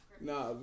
Nah